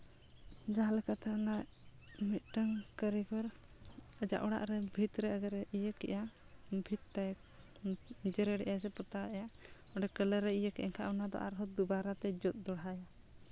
ᱡᱟᱦᱟᱸ ᱞᱮᱠᱟᱛᱮ ᱚᱱᱟ ᱢᱤᱫᱴᱟᱱ ᱠᱟᱹᱨᱤᱜᱚᱨ ᱟᱡᱟᱜ ᱚᱲᱟᱜ ᱨᱮ ᱵᱷᱤᱛ ᱨᱮ ᱟᱜᱚᱨ ᱤᱭᱟᱹ ᱠᱮᱫᱼᱟ ᱵᱷᱤᱛ ᱛᱟᱭ ᱡᱮᱨᱮᱲᱮᱫᱼᱟ ᱥᱮ ᱯᱚᱛᱟᱣᱮᱫᱼᱟᱭ ᱚᱸᱰᱮ ᱠᱟᱞᱟᱨ ᱤᱭᱟᱹ ᱠᱮᱫᱼᱟᱭ ᱮᱱᱠᱷᱟᱱ ᱚᱱᱟᱫᱚ ᱟᱨᱦᱚᱸ ᱫᱩᱵᱟᱨᱟ ᱛᱮ ᱡᱚᱫ ᱫᱚᱦᱲᱟᱭᱟ